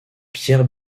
pierre